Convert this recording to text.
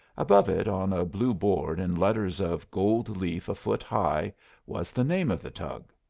above it on a blue board in letters of gold-leaf a foot high was the name of the tug.